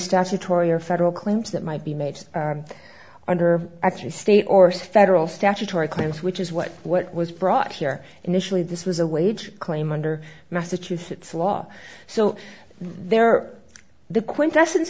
statutory or federal claims that might be made under actually state or federal statutory claims which is what what was brought here initially this was a wage claim under massachusetts law so there are the quintessence